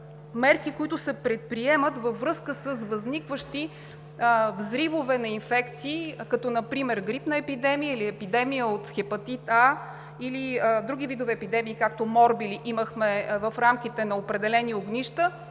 мерки, които се предприемат във връзка с възникващи взривове на инфекции, като например грипна епидемия или епидемия от хепатит А, или други видове епидемии, както морбили имахме в рамките на определени огнища,